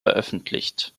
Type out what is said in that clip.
veröffentlicht